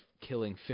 killing